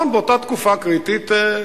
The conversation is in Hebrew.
באותה תקופה קריטית,